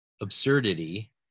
absurdity